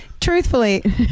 truthfully